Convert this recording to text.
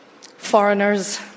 foreigners